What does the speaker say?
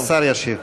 השר ישיב.